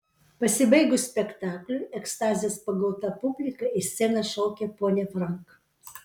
pasibaigus spektakliui ekstazės pagauta publika į sceną šaukė ponią frank